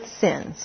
sins